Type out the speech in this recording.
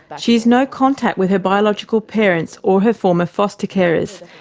but she has no contact with her biological parents or her former foster carers,